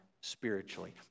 spiritually